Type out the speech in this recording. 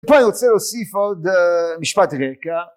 פה אני רוצה להוסיף עוד משפט רקע